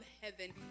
heaven